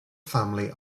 family